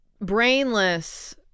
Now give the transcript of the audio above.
brainless